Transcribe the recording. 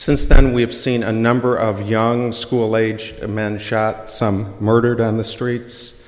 since then we have seen a number of young school age men shot some murdered on the streets